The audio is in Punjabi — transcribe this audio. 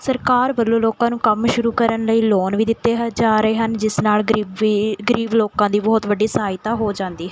ਸਰਕਾਰ ਵੱਲੋਂ ਲੋਕਾਂ ਨੂੰ ਕੰਮ ਸ਼ੁਰੂ ਕਰਨ ਲਈ ਲੋਨ ਵੀ ਦਿੱਤੇ ਹਨ ਜਾ ਰਹੇ ਹਨ ਜਿਸ ਨਾਲ਼ ਗਰੀਬੀ ਗਰੀਬ ਲੋਕਾਂ ਦੀ ਬਹੁਤ ਵੱਡੀ ਸਹਾਇਤਾ ਹੋ ਜਾਂਦੀ